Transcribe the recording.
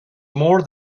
more